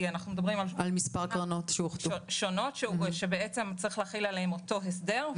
כי אנחנו מדברים על מספר קרנות שונות שצריך להחיל עליהן אותו הסדר.